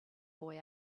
boy